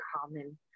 common